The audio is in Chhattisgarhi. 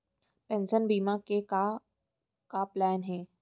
पेंशन बीमा के का का प्लान हे?